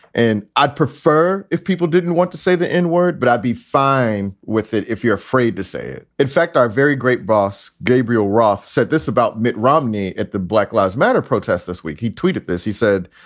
and i'd prefer if people didn't want to say the n-word, but i'd be fine with it. if you're afraid to say it. in fact, our very great boss, gabriel roth, said this about mitt romney at the black lives matter protests this week. he tweeted this. he said,